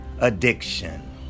addiction